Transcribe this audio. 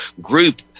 group